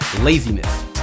laziness